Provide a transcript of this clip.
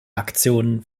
aktionen